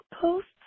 posts